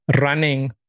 running